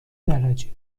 درجه